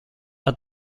are